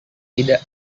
tidak